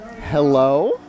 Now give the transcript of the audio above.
Hello